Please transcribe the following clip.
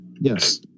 Yes